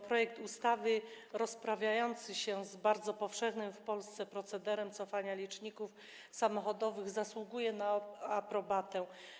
Projekt ustawy rozprawiający się z bardzo powszechnym w Polsce procederem cofania liczników samochodowych zasługuje na aprobatę.